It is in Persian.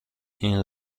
این